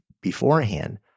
beforehand